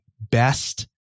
best